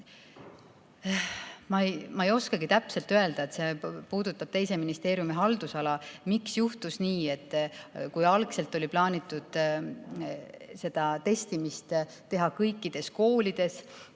Ma ei oska täpselt öelda – see puudutab teise ministeeriumi haldusala –, miks juhtus nii, et kui algselt oli plaanitud seda testimist teha kõikides koolides